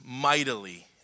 mightily